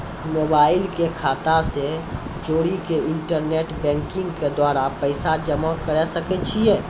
Mobile के खाता से जोड़ी के इंटरनेट बैंकिंग के द्वारा पैसा जमा करे सकय छियै?